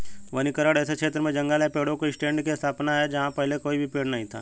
वनीकरण ऐसे क्षेत्र में जंगल या पेड़ों के स्टैंड की स्थापना है जहां पहले कोई पेड़ नहीं था